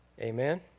Amen